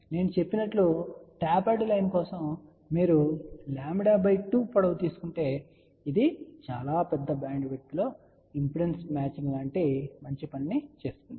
నేను చెప్పినట్లుగాటాపర్డ్ లైన్ కోసం మీరు λ 2 పొడవు తీసుకుంటే ఇది చాలా పెద్ద బ్యాండ్విడ్త్లో ఇంపిడెన్స్ మ్యాచింగ్ లాంటి మంచి పనిని చేస్తుంది